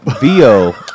VO